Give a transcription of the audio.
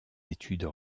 études